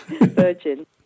Virgin